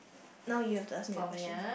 now you have to ask me a question